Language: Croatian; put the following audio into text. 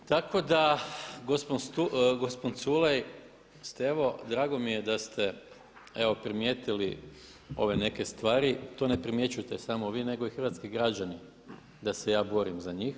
Ne? [[Upadica Reiner: To je pohvalno!]] Tako da gospon Culej Stevo drago mi je da ste evo primijetili ove neke stvari, to ne primjećujete samo vi, nego i hrvatski građani da se ja borim za njih.